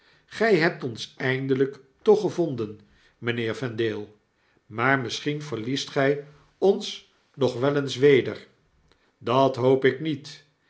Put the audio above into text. j hebt ons eindeljjk toch gevonden mp heer vendale maar misschien verliest gjj ons nog wel eens weder dat hoop ik niet